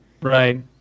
Right